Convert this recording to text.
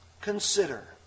consider